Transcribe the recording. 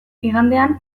igandean